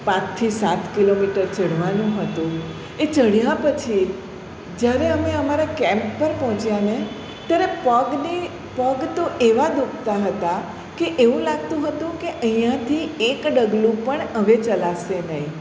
પાંચથી સાત કિલોમીટર ચડવાનું હતું એ ચડ્યા પછી જ્યારે અમે અમારા કેમ્પ પર પહોંચ્યાને ત્યારે પગની પગ તો એવા દુખતા હતા કે એવું લાગતું હતું કે અહીંયાંથી એક ડગલું પણ હવે ચલાશે નહીં